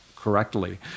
correctly